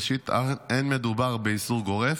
ראשית, אין מדובר באיסור גורף,